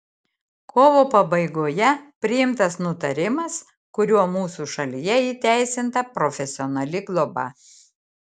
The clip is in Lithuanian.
kovo pabaigoje priimtas nutarimas kuriuo mūsų šalyje įteisinta profesionali globa